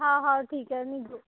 हो हो ठीक आहे निघू